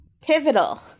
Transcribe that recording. Pivotal